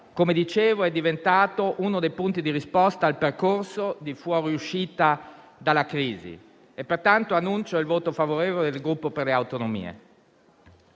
Come dicevo, è diventato uno dei punti di risposta al percorso di fuoriuscita dalla crisi e, pertanto, annuncio il voto favorevole del Gruppo Per le Autonomie